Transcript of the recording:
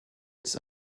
its